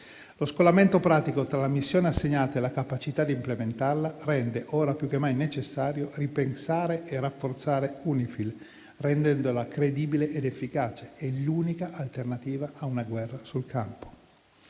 Lo scollamento pratico tra la missione assegnata e la capacità di implementarla rende ora più che mai necessario ripensare e rafforzare UNIFIL, rendendola credibile ed efficace: è l'unica alternativa a una guerra sul campo.